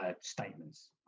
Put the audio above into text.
statements